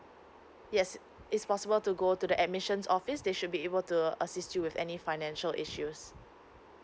yes it's possible to go to the admissions office they should be able to assist you with any financial issues